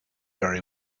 very